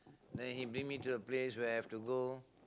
then he bring me to the place where I have to go